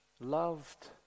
loved